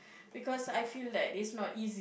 because I feel like it's not easy